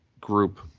group